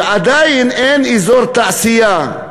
ועדיין אין אזור תעשייה,